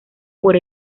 por